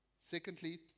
Secondly